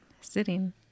sitting